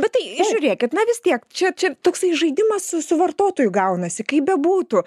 bet tai žiūrėkit na vis tiek čia čia toksai žaidimas su su vartotoju gaunasi kaip bebūtų